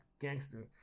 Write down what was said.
gangster